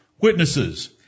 Witnesses